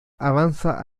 avanza